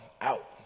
out